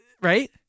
right